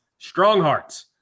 Stronghearts